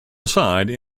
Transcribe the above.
aside